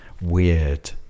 weird